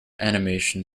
animation